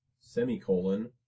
semicolon